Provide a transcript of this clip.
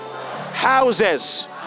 Houses